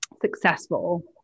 successful